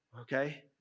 okay